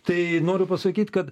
tai noriu pasakyt kad